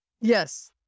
Yes